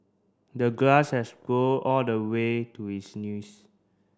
the grass has grow all the way to his knees